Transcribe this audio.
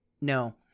no